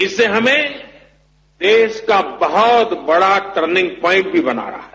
इससे हमें देश का बहत बडा टर्निंग प्वाइंट भी बनाना है